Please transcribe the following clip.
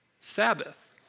Sabbath